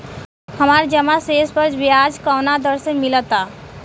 हमार जमा शेष पर ब्याज कवना दर से मिल ता?